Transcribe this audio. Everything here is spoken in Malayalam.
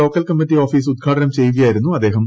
ലോക്കൽ കമ്മറ്റി ഓഫീസ് ഉദ്ഘാടനം ചെയ്യുക്യായിരുന്നു അദ്ദേഹം